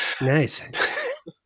Nice